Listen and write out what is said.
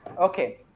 Okay